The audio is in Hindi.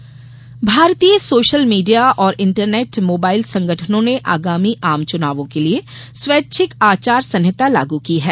मीडिया आचार संहिता भारतीय सोशल मीडिया और इंटरनेट मोबाइल संगठनों ने आगामी आम चुनावों के लिये स्वेच्छिक आचार संहिता लाग की है